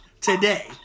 today